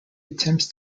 attempts